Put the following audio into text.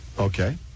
okay